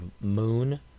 Moon